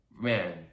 man